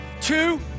two